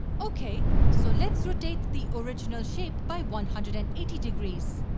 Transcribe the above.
okay, so let's rotate the original shape by one hundred and eighty degrees.